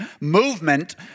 movement